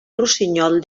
rossinyol